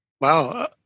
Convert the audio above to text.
Wow